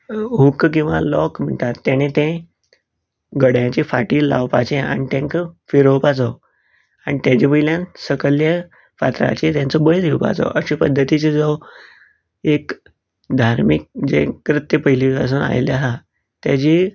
हूक किंवां लॉक म्हणटात तेणे ते गड्याच्या फाटीर लावपाचे आनी तेंकां फिरोवपाचो आनी तेजे वयल्यान सकयल्या फातराचेर तेंचो बळी दिवपाचो अशे पध्दतीचो जो एक धार्मीक जे कृत्य पयली पासून आयिल्लें आहा तेजी